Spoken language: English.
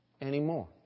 anymore